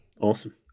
Awesome